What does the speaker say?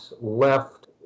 left